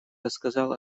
рассказал